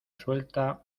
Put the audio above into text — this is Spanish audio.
suelta